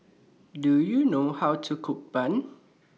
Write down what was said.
Do YOU know How to Cook Bun